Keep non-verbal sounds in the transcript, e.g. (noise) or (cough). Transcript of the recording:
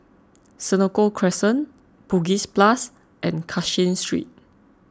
(noise) Senoko Crescent Bugis Plus and Cashin Street